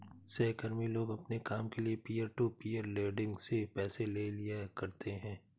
सहकर्मी लोग अपने काम के लिये पीयर टू पीयर लेंडिंग से पैसे ले लिया करते है